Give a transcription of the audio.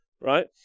right